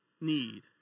need